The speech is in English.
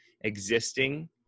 existing